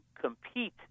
compete